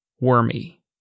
wormy